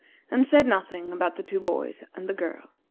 and said nothing about the two boys and the girl.